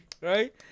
right